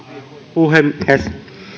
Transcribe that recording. puhemies